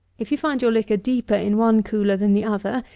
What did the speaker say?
if you find your liquor deeper in one cooler than the other,